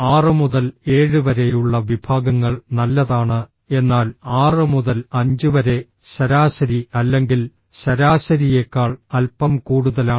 ആറ് മുതൽ ഏഴ് വരെയുള്ള വിഭാഗങ്ങൾ നല്ലതാണ് എന്നാൽ ആറ് മുതൽ അഞ്ച് വരെ ശരാശരി അല്ലെങ്കിൽ ശരാശരിയേക്കാൾ അല്പം കൂടുതലാണ്